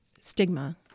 stigma